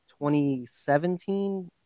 2017